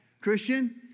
Christian